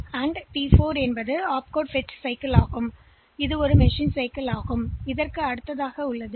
இந்த T1 T2 T3 மற்றும் T4 ஐ ஒப்கோட் பெறுதல் சைக்கிள் என்று அழைக்கப்படுகிறது இது மிசின் சைக்கிள் என்றும் அழைக்கப்படுகிறது